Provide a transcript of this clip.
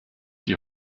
die